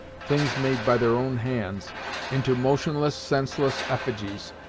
things made by their own hands into motionless, senseless effigies,